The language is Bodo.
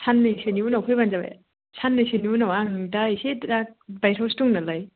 साननैसोनि उनाव फैब्लानो जाबाय सानैसोनि उनाव आं एसे दा बायजोआवसो दं नालाय